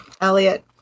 Elliot